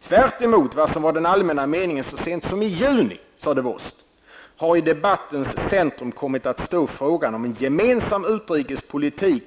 - Tvärtemot vad som var den allmänna meningen så sent som i juni har i debattens centrum kommit att stå frågan om en gemensam utrikespolitik